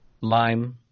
Lime